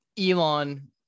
Elon